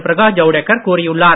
பிரகாஷ் ஜவ்டேக்கர் கூறியுள்ளார்